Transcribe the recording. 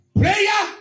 prayer